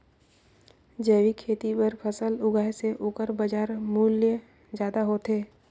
जैविक खेती बर फसल उगाए से ओकर बाजार मूल्य ज्यादा होथे